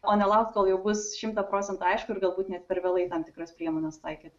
o nelaukt kol bus šimtą procentų aišku ir galbūt net per vėlai tam tikras priemones taikyt